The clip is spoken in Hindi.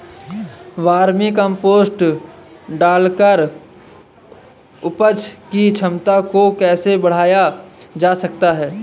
वर्मी कम्पोस्ट डालकर उपज की क्षमता को कैसे बढ़ाया जा सकता है?